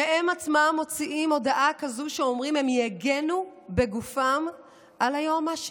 שהם עצמם מוציאים הודעה כזאת ואומרים שהם יגנו בגופם על היועמ"שית.